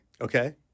Okay